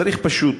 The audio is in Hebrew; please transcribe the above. צריך פשוט,